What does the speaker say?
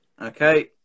Okay